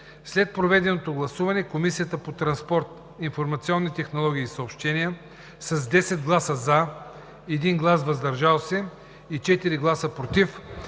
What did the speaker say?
След проведеното гласуване Комисията по транспорт, информационни технологии и съобщения с 10 гласа „за“, 1 глас „въздържал се“ и 4 гласа „против“